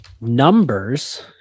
Numbers